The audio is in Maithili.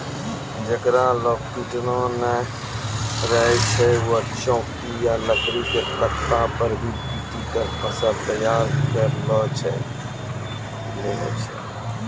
जेकरा लॅ पिटना नाय रहै छै वैं चौकी या लकड़ी के तख्ता पर भी पीटी क फसल तैयार करी लै छै